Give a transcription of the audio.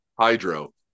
hydro